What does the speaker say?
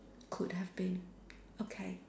could have been okay